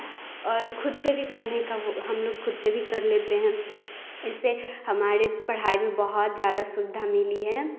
और खुद से भी करने का वह हम लोग खुद से भी कर लेते हैं इससे हमारे पढ़ाई भी बहुत ज़्यादा सुविधा मिली है